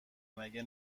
مگه